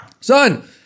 Son